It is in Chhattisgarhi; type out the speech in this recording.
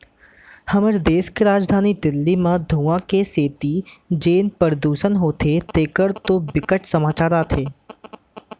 हमर देस के राजधानी दिल्ली म धुंआ के सेती जेन परदूसन होथे तेखर तो बिकट समाचार आथे